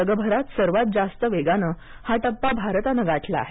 जगभरात सर्वात जास्त वेगानं हा टप्पा भारतानं गाठला आहे